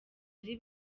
ari